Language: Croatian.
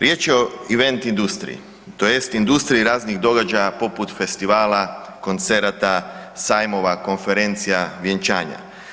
Riječ je o event industriji tj. industriji raznih događaja poput festivala, koncerata, sajmova, konferencija, vjenčanja.